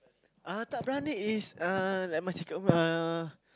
uh tak berani is uh like macam cakap apa uh